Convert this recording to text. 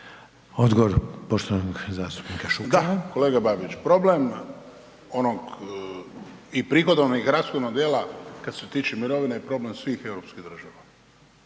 Odgovor poštovanog zastupnika Šukera. **Šuker, Ivan (HDZ)** Da, kolega Babić, problem onog i prihodovnog i rashodnog dijela kad se tiče mirovina je problem svih europskih država.